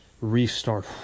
restart